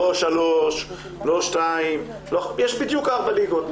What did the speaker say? לא שלוש, לא שתיים, יש בדיוק ארבע ליגות.